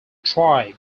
tribe